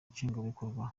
nshingwabikorwa